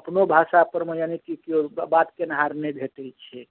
अपनो भाषा पर मे यानि कि केओ बात केनिहार नहि भेटै छियै